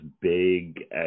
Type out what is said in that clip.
big